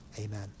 Amen